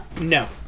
No